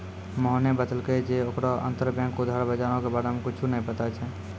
मोहने बतैलकै जे ओकरा अंतरबैंक उधार बजारो के बारे मे कुछु नै पता छै